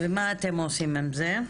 ומה אתם עושים עם זה?